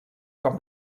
com